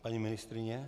Paní ministryně?